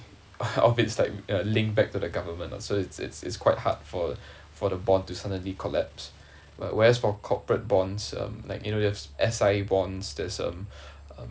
of its like a link back to the government so it's it's it's quite hard for for the bond to suddenly collapse but whereas for corporate bonds um like you know they have S_I_A bonds there’s um